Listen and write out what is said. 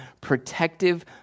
protective